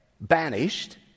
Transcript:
banished